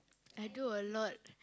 I do a lot